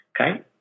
Okay